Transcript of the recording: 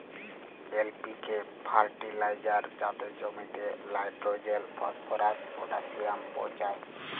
LPK fertiliser যাতে জমিতে nitrogen, phosphorus, potassium পৌঁছায়